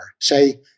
say